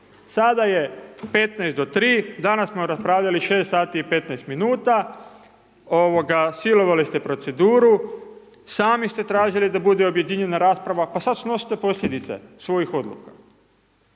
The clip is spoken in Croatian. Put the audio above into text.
Sada je 15 do tri, danas smo raspravljali 6 sati i 15 minuta, ovoga, silovali ste proceduru, sami ste tražili da bude objedinjena rasprava, pa sad snosite posljedice svojih odluka.